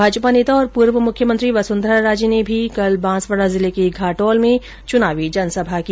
भाजपा नेता और पूर्व मुख्यमंत्री वसुंधरा राजे ने भी कल बांसवाड़ा जिले के घाटोल में चुनावी सभा की